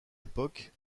époque